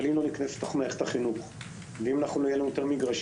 אבל אם לא ניכנס אל תוך מערכת החינוך ואם לא יהיו לנו יותר מגרשים,